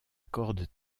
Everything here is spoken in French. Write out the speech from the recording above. cordes